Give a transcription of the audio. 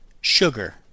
Sugar